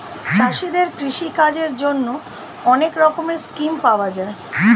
চাষীদের কৃষি কাজের জন্যে অনেক রকমের স্কিম পাওয়া যায়